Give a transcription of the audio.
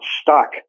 stuck